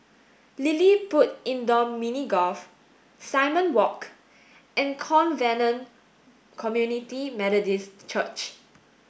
LilliPutt Indoor Mini Golf Simon Walk and Covenant Community Methodist Church